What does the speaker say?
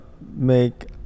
make